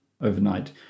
overnight